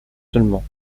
seulement